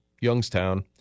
Youngstown